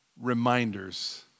reminders